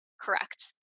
correct